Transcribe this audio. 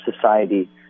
society